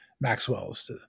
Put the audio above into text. Maxwell's